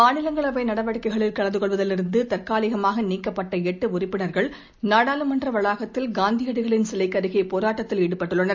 மாநிலங்களவை நடவடிக்கைகளில் கலந்து கொள்வதிலிருந்து தற்காலிகமாக நீக்கப்பட்ட எட்டு உறுப்பினர்கள் நாடாளுமன்ற வளாகத்தில் காந்தியடிகளின் சிலைக்கு அருகே போராட்டத்தில் ஈடுபட்டுள்ளனர்